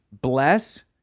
Bless